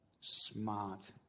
smart